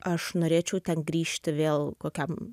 aš norėčiau ten grįžti vėl kokiam